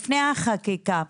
לפני החקיקה,